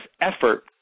effort